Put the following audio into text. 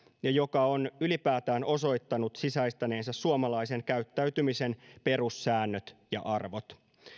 ja joka on ylipäätään osoittanut sisäistäneensä suomalaisen käyttäytymisen perussäännöt ja arvot